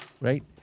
right